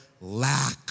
lack